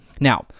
now